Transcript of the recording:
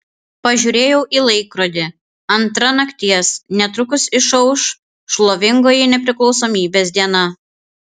pažiūrėjau į laikrodį antra nakties netrukus išauš šlovingoji nepriklausomybės diena